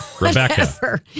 Rebecca